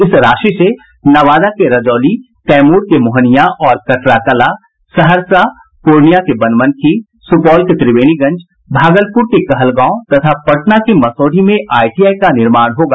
इस राशि से नवादा के रजौली कैमूर के मोहनियां और कटरा कला सहरसा पूर्णिया के बनमनखी सुपौल के त्रिवेणीगंज भागलपुर के कहलगांव तथा पटना के मसौढ़ी में आईटीआई का निर्माण होगा